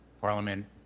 Parliament